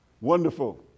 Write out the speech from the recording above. wonderful